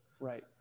Right